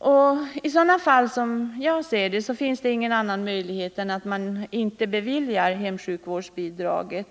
råder. Som jag ser det står i sådana fall inte många andra möjligheter till buds än att inte bevilja hemsjukvårdsbidrag.